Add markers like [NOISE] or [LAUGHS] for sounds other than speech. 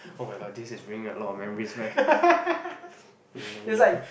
oh-my-god this is bringing a lot of memories back [LAUGHS] yeah